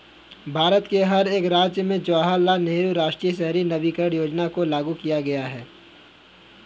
भारत के हर एक राज्य में जवाहरलाल नेहरू राष्ट्रीय शहरी नवीकरण योजना को लागू किया गया है